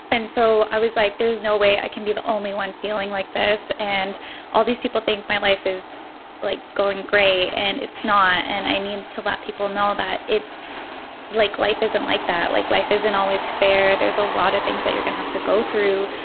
and so i was like there no way i can be the only one feeling like this. and all these people think my life is like going gray and it's not. and i mean to let people know that it's like life isn't like that like life isn't always fair. there's a lot of things that you're going to have to go through.